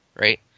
Right